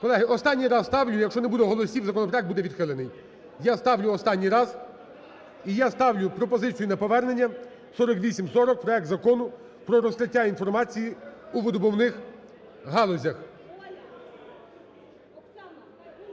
Колеги, останній раз ставлю. Якщо не буде голосів, законопроект буде відхилений. Я ставлю останній раз. І я ставлю пропозицію на повернення 4840: проект Закону про розкриття інформації у видобувних галузях.